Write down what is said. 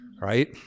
right